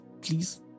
please